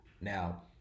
now